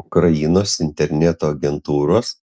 ukrainos interneto agentūros